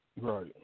Right